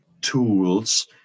tools